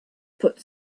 put